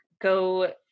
go